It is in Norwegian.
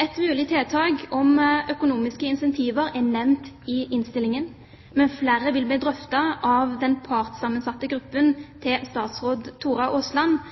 Ett mulig tiltak om økonomiske insentiver er nevnt i innstillingen, men flere vil bli drøftet av den partssammensatte gruppen til statsråd Tora Aasland